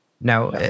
Now